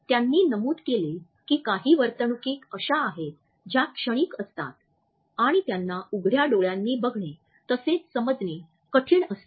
त्यांनी नमूद केले की काही वर्तणूकी अशा आहेत ज्या क्षणिक असतात आणि त्यांना उघड्या डोळ्यानी बघणे तसेच समजणे कठीण असते